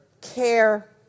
Care